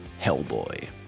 Hellboy